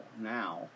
now